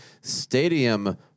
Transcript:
Stadium